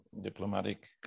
diplomatic